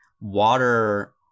water